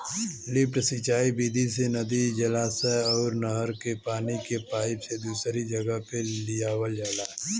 lift सिंचाई विधि से नदी, जलाशय अउर नहर के पानी के पाईप से दूसरी जगह पे लियावल जाला